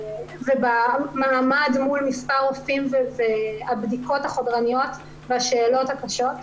ובמעמד מול מספר רופאים והבדיקות החודרניות והשאלות הקשות,